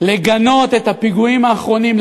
לגנות את הפיגועים האחרונים,